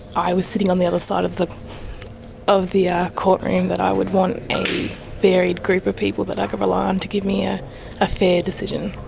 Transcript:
i was sitting on the other side of the of the ah court room that i would want a varied group of people that i could rely on to give me ah a fair decision.